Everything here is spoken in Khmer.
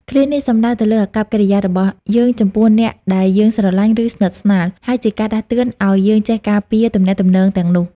ឃ្លានេះសំដៅទៅលើអាកប្បកិរិយារបស់យើងចំពោះអ្នកដែលយើងស្រឡាញ់ ឬស្និទ្ធស្នាល ហើយជាការដាស់តឿនឲ្យយើងចេះការពារទំនាក់ទំនងទាំងនោះ។